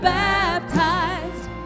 baptized